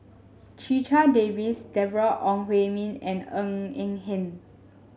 Checha Davies Deborah Ong Hui Min and Ng Eng Hen